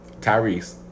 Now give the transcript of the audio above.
Tyrese